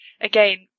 again